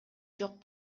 жок